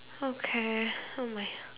okay oh my